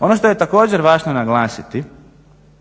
Ono što je također važno naglasiti